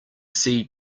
see